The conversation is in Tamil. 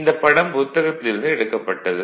இந்தப் படம் புத்தகத்தில் இருந்து எடுக்கப்பட்டது